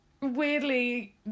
weirdly